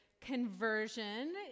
conversion